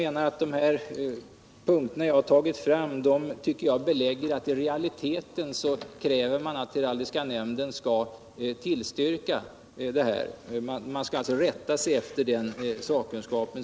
Enligt min mening belägger emellertid de punkter jag anfört att man i realiteten kräver att heraldiska nämnden skall tillstyrka en registrering — det står att man skall rätta sig efter denna sakkunskap.